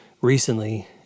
recently